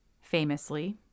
Famously